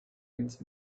minutes